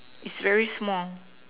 it's very small